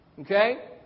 Okay